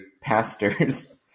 pastors